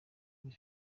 kuri